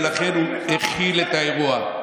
ולכן הוא הכיל את האירוע.